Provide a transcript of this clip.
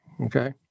Okay